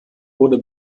wurde